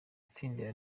tsinda